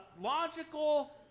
logical